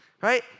right